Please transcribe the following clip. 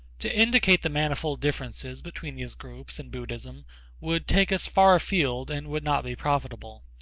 to indicate the manifold differences between these groups in buddhism would take us far afield and would not be profitable.